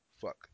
fuck